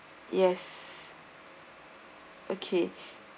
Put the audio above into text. yes okay